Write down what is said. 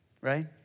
right